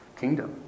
kingdom